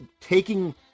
taking